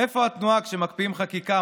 איפה התנועה כשמקפיאים חקיקה,